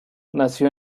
nació